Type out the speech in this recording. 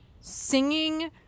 singing